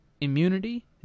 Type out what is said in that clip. immunity